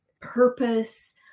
purpose